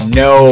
no